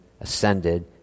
ascended